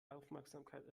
aufmerksamkeit